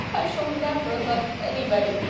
i shall never love anybody.